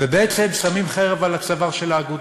ובעצם שמים חרב על הצוואר של האגודות.